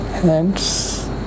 hands